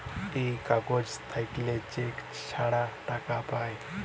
এই কাগজ থাকল্যে চেক ছাড়া টাকা পায়